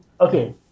Okay